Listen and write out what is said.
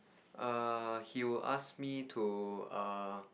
err he would ask me to err